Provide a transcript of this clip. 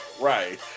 right